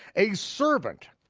a servant,